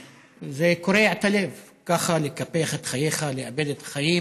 זה קורע את הלב, ככה לקפח את חייך, לאבד את החיים